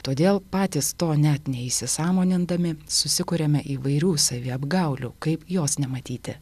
todėl patys to net neįsisąmonindami susikuriame įvairių saviapgaulių kaip jos nematyti